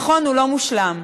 נכון, הוא לא מושלם,